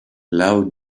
loud